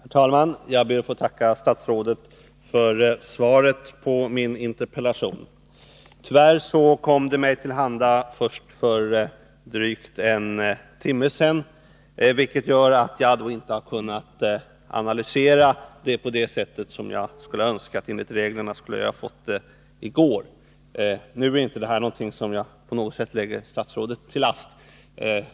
Herr talman! Jag ber att få tacka statsrådet för svaret på min interpellation. Tyvärr kom det mig till handa först för en dryg timme sedan, vilket gör att jaginte kunnat analysera det på det sätt som jag hade önskat. Enligt reglerna skulle jag ha fått svaret i går. Detta är inte något som jag lägger statsrådet till last.